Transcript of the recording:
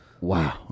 Wow